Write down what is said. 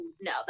no